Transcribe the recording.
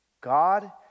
God